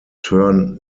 turn